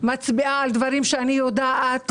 מצביעה על דברים שאני יודעת,